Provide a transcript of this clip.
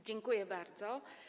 Dziękuję bardzo.